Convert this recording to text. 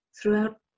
throughout